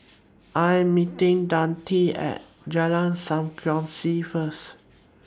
I Am meeting Denita At Jalan SAM Kongsi First